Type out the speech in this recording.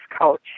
coach